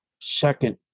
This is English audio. second